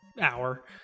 hour